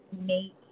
make